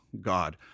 God